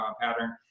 pattern